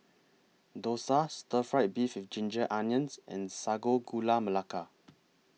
Dosa Stir Fry Beef with Ginger Onions and Sago Gula Melaka